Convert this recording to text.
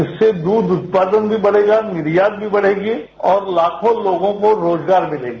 इससे दूध उत्पादन भी बढ़ेगा निर्यात भीबढ़ेगा और लाखों लोगों को रोजगार भी मिलेगा